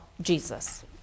jesus